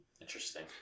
interesting